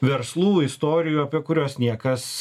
verslų istorijų apie kuriuos niekas